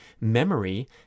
memory